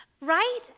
right